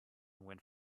went